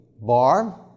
bar